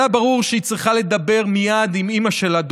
היה ברור שהיא צריכה לדבר מייד עם אימא שלה,